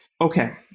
Okay